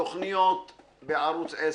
תכניות בערוץ 10,